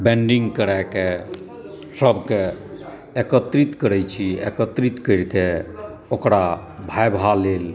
bending कराए के सबके एकत्रित करै छी एकत्रित करि के ओकरा भाइभा लेल